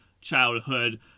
childhood